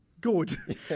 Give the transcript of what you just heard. good